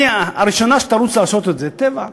הראשונה שתרוץ לעשות את זה תהיה "טבע".